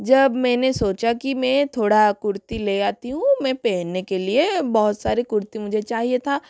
जब मैने सोचा कि मैं थोड़ा कुर्ती ले आती हूँ मैं पहनने के लिए बहुत सारी कुर्ती मुझे चाहिए था